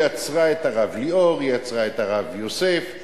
היא עצרה את הרב ליאור, היא עצרה את הרב יוסף,